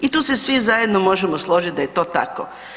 I tu se svi zajedno možemo složiti da je to tako.